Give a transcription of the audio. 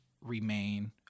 remain